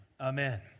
Amen